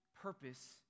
purpose